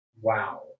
Wow